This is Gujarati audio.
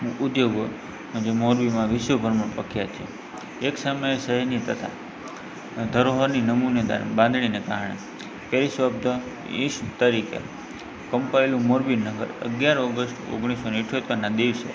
ઉદ્યોગો મોરબીમાં વિશ્વભરમાં પ્રખ્યાત છે એક સમયે શહેરની તથા ધરોહરની નમૂનેદાર બાંધણીને કારણે પેરીસ ઓફ ધ ઈસ્ટ તરીકે કંપાયેલું મોરબી નગર અગિયાર ઓગસ્ટ ઓગણીસોને ઇઠ્યોતેરના દિવસે